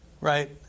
right